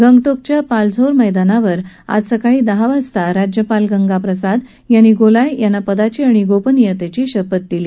गंगटोकच्या पालझोर मैदानावर आज सकाळी दहा वाजता राज्यपाल गंगाप्रसाद यांनी गोलाय यांना पदाची आणि गोपनियतेची शपथ दिली